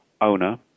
owner